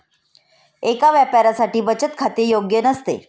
एका व्यापाऱ्यासाठी बचत खाते योग्य नसते